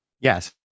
Yes